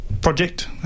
project